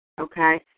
Okay